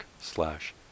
slash